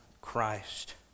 Christ